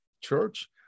Church